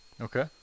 Okay